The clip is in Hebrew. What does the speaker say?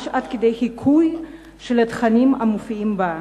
ממש עד כדי חיקוי של התכנים המופיעים בה.